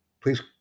Please